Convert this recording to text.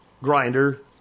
grinder